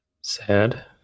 Sad